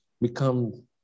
become